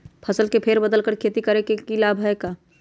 फसल के फेर बदल कर खेती के लाभ है का?